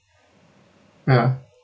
ya